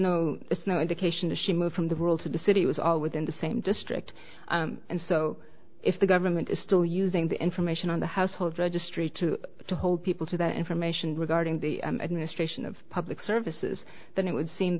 that she moved from the world to the city was all within the same district and so if the government is still using the information on the household registry to to hold people to that information regarding the administration of public services then it would seem